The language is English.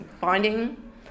Finding